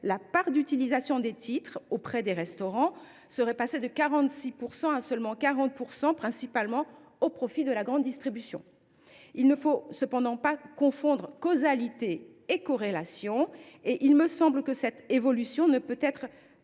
la part d’utilisation des titres auprès des restaurants serait passée de 46 % à seulement 40 %, principalement au profit de la grande distribution. Cependant, il ne faut pas confondre causalité et corrélation. Il me semble que cette évolution ne peut être